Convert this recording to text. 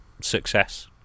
success